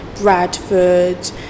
Bradford